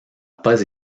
pas